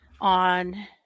on